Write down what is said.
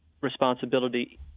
responsibility